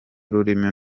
ururimi